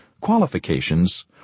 qualifications